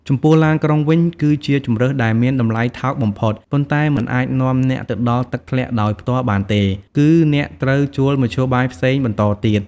ចំពោះឡានក្រុងវិញ គឺជាជម្រើសដែលមានតម្លៃថោកបំផុត ប៉ុន្តែមិនអាចនាំអ្នកទៅដល់ទឹកធ្លាក់ដោយផ្ទាល់បានទេ គឺអ្នកត្រូវជួលមធ្យោបាយផ្សេងបន្តទៀត។